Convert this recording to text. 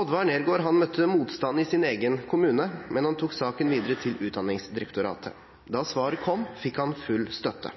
Oddvar Nergård møtte motstand i sin egen kommune, men han tok saken videre til Utdanningsdirektoratet. Da svaret kom, fikk han full støtte.